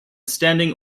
standing